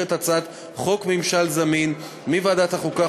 את הצעת חוק ממשל זמין מוועדת החוקה,